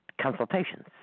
consultations